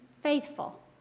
faithful